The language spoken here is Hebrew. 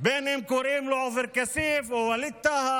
בין אם קוראים לו עופר כסיף או ווליד טאהא